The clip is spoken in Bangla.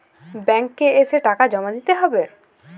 ব্যাঙ্ক এ এসে টাকা জমা দিতে হবে?